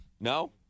no